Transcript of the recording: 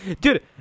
dude